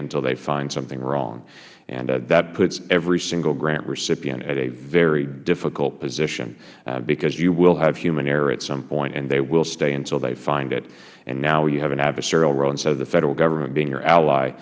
until they find something wrong that puts every single grant recipient in a very difficult position because you will have human error at some point and they will stay until they find it now you have an adversarial role instead of the federal government being your ally